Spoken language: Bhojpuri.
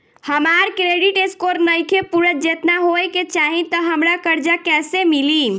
हमार क्रेडिट स्कोर नईखे पूरत जेतना होए के चाही त हमरा कर्जा कैसे मिली?